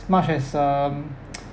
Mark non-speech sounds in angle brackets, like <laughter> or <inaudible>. much as um <noise>